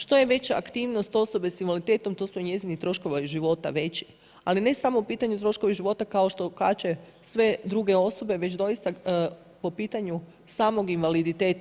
Što je veća aktivnost osobe s invaliditetom to su njezini troškovi života veći, ali ne samo pitanja troškova života kao što kače sve druge osobe već doista po pitanju samog invaliditeta.